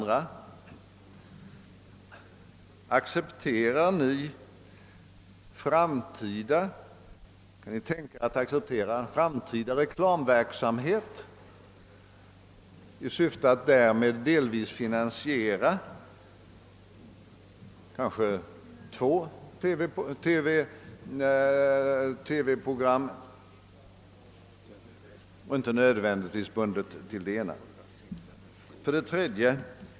Kan ni tänka er att acceptera en framtida reklamverksamhet i syfte att därmed delvis finansiera två TV-program — alltså inte nödvändigtvis bunden till det ena?